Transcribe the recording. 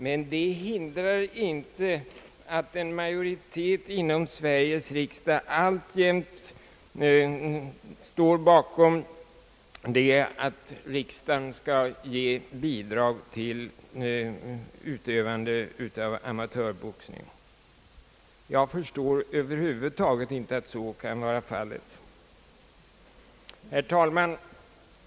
Men det hindrar inte att en majoritet inom Sveriges riksdag alltjämt står bakom uppfattningen att riksdagen skall ge bidrag till utövande av amatörboxning. Jag förstår över huvud taget inte att så kan vara fallet. Herr talman!